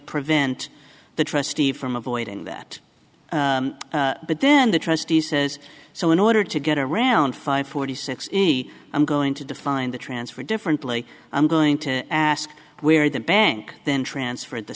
prevent the trustee from avoiding that but then the trustee says so in order to get around five forty six i'm going to define the transfer differently i'm going to ask where the bank then transferred the